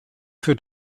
für